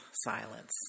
silence